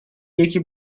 یکی